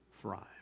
thrive